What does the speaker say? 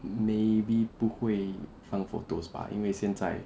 maybe 不会放 photos 吧因为现在